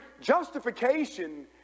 justification